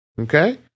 Okay